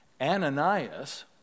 Ananias